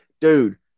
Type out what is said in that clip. dude